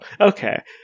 Okay